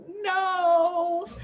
no